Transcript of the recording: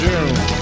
June